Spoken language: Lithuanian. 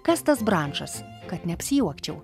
kas tas brančas kad neapsijuokčiau